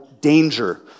danger